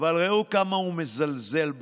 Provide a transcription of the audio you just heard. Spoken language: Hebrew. אבל ראו כמה הוא מזלזל בכם.